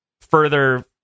further